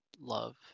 Love